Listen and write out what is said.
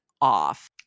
off